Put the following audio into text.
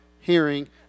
hearing